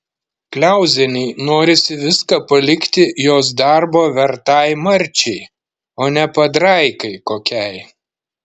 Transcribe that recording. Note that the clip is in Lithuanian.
kliauzienei norisi viską palikti jos darbo vertai marčiai o ne padraikai kokiai